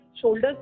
shoulders